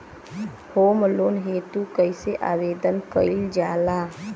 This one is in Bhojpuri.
होम लोन हेतु कइसे आवेदन कइल जाला?